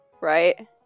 right